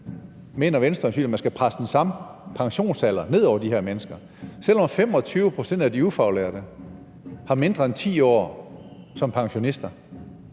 mener Venstre øjensynligt, at man skal presse den samme pensionsalder ned over de her mennesker, selv når 25 pct. af de ufaglærte har mindre end 10 år som pensionister,